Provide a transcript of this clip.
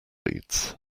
leads